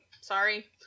sorry